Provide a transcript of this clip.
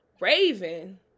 Raven